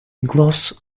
gloss